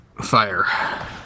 fire